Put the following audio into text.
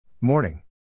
Morning